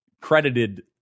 credited